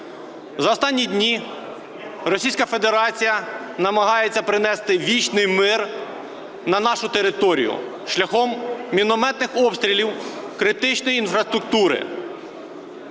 За останні дні Російська Федерація намагається принести вічний мир на нашу територію шляхом мінометних обстрілів критичної інфраструктури.